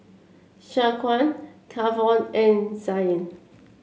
Shaquan Kavon and Zain